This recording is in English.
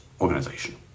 organization